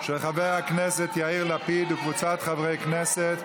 של חבר הכנסת יאיר לפיד וקבוצת חברי הכנסת.